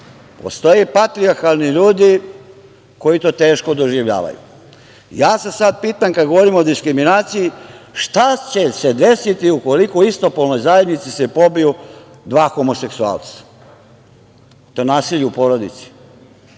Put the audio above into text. Postoje patrijarhalni ljudi koji to teško doživljavaju. Sad se ja pitam, kada govorim o diskriminaciji – šta će se desiti ukoliko se u istopolnoj zajednici pobiju dva homoseksualca? Jel to nasilje u porodici?